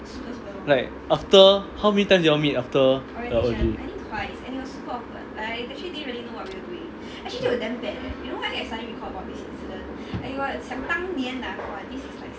like after how many times you all meet after the O_G